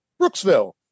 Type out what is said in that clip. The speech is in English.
Brooksville